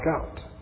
out